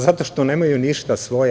Zato što nemaju ništa svoje.